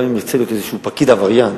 גם אם ירצה איזה פקיד להיות עבריין,